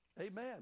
Amen